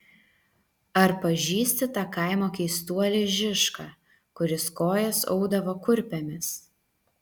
ar pažįsti tą kaimo keistuolį žišką kuris kojas audavo kurpėmis